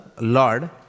Lord